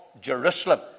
Jerusalem